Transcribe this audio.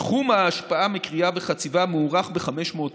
תחום ההשפעה מכרייה וחציבה מוערך ב-500 מטרים.